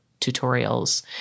tutorials